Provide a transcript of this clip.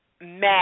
mad